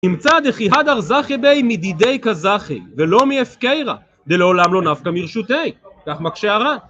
נמצא דכי הדר זכי ביה, מדידיה קא זכי, ולא מהפקירא, דלעולם לא נפקא מרשותיה! כך מקשה הר"ן.